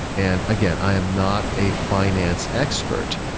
and again, i am not a finance expert,